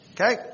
Okay